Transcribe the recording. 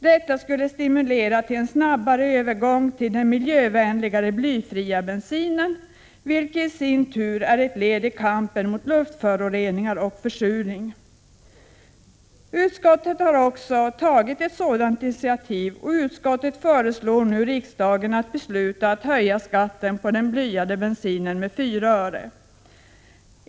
Detta skulle stimulera till en snabbare övergång till den miljövänligare blyfria bensinen, vilket i sin tur är ett led i kampen mot luftföroreningar och försurning. Utskottet har också tagit ett sådant initiativ, och utskottet föreslår nu att riksdagen beslutar höja skatten på blyad bensin med 4 öre.